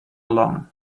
along